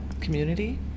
community